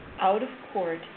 out-of-court